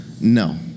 No